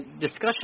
discussion